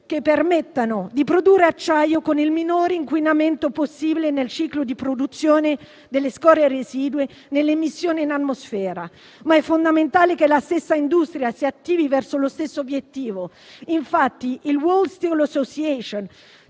che permettano di produrre acciaio con il minore inquinamento possibile nel ciclo di produzione delle scorie residue nelle emissioni in atmosfera; è fondamentale però che la stessa industria si attivi verso lo stesso obiettivo. Il *World steel association*